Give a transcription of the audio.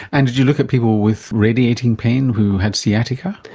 and did you look at people with radiating pain who had sciatica?